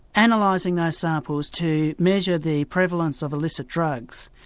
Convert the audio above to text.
analysing those samples to measure the prevalence of illicit drugs,